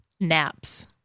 Naps